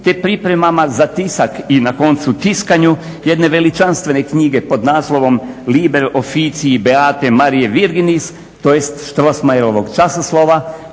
te pripremama za tisak i na koncu tiskanju jedne veličanstvene knjige pod naslovom Liber officii Beatae Mariae Virginis, tj. Strossmayerovog časoslova